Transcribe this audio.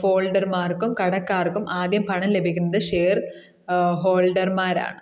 ഫോൾഡർമാർക്കും കടക്കാർക്കും ആദ്യം പണം ലഭിക്കുന്നത് ഷേർ ഹോൾഡർമാരാണ്